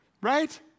right